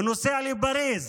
הוא נוסע לפריז